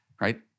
right